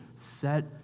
set